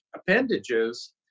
appendages